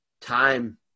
time